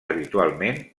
habitualment